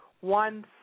one